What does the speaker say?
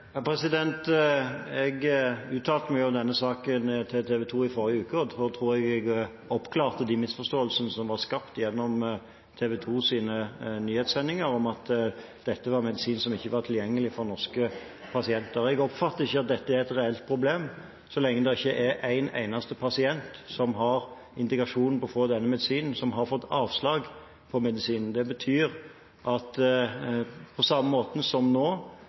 Jeg uttalte meg om denne saken til TV 2 i forrige uke, og da tror jeg jeg oppklarte de misforståelsene som var skapt gjennom TV 2s nyhetssendinger om at dette var en medisin som ikke var tilgjengelig for norske pasienter. Jeg oppfatter ikke at dette er et reelt problem så lenge ikke en eneste pasient, som har indikasjon for å få denne medisinen, har fått avslag. Det betyr at på samme måten som til nå,